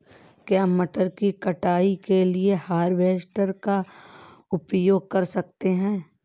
क्या मटर की कटाई के लिए हार्वेस्टर का उपयोग कर सकते हैं?